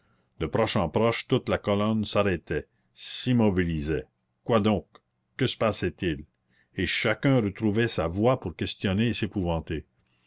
de proche en proche toute la colonne s'arrêtait s'immobilisait quoi donc que se passait-il et chacun retrouvait sa voix pour questionner et